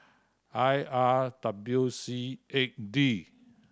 I R W C eight D